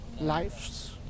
lives